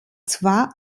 zwar